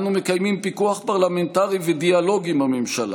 אנו מקיימים פיקוח פרלמנטרי ודיאלוג עם הממשלה,